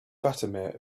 fatima